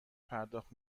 پرداخت